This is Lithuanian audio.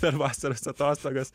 per vasaros atostogas